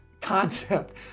concept